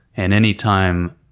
and any time